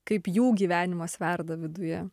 kaip jų gyvenimas verda viduje